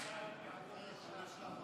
התשפ"ב 2021, עברה בקריאה ראשונה,